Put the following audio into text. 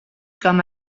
com